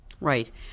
Right